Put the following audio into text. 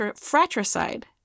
fratricide